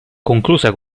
conclusa